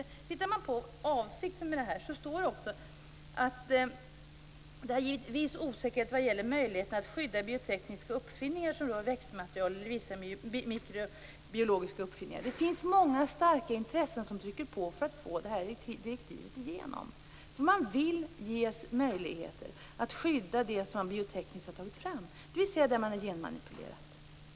Om man tittar på avsikten med det hela kan man se att viss osäkerhet råder när det gäller möjligheterna att skydda biotekniska uppfinningar som rör växtmaterial eller vissa mikrobiologiska uppfinningar. Det finns många starka intressen som trycker på för att få igenom direktivet. Man vill få möjligheter att skydda det som man biotekniskt har tagit fram, dvs. det som man har genmanipulerat.